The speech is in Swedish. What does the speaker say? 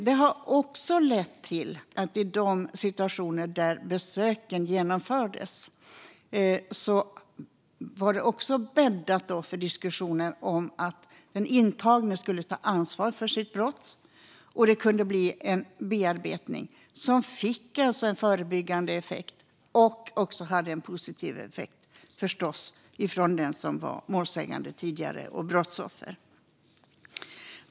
Det har också lett till att i de situationer då besöken genomfördes var det bäddat för diskussioner om att den intagne skulle ta ansvar för sitt brott, och det kunde bli en bearbetning som alltså fick en förebyggande effekt och som förstås också hade en positiv effekt för den som tidigare var målsägande och brottsoffer.